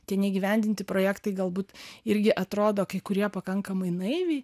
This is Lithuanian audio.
tie neįgyvendinti projektai galbūt irgi atrodo kai kurie pakankamai naiviai